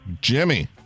Jimmy